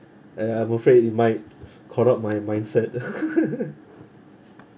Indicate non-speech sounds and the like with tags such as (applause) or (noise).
and I'm afraid it might corrupt my mindset (laughs)